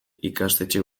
ikastetxe